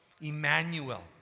Emmanuel